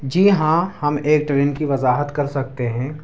جی ہاں ہم ایک ٹرین کی وضاحت کر سکتے ہیں